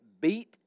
beat